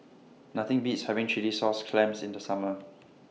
Nothing Beats having Chilli Sauce Clams in The Summer